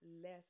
less